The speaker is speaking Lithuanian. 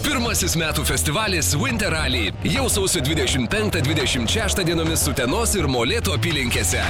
pirmasis metų festivalis winter rally jau sausio dvidešim penktą dvidešim šeštą dienomis utenos ir molėtų apylinkėse